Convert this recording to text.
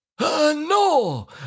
No